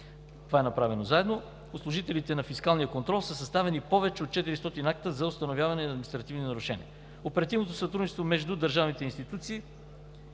това е направено заедно, от служителите на Фискалния контрол са съставени повече от 400 акта за установени административни нарушения. Оперативното сътрудничество между държавните институции